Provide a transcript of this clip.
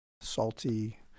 salty